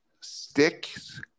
sticks